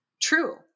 true